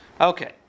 Okay